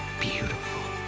beautiful